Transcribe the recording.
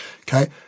Okay